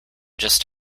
just